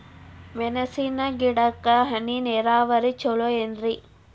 ಮೆಣಸಿನ ಗಿಡಕ್ಕ ಹನಿ ನೇರಾವರಿ ಛಲೋ ಏನ್ರಿ?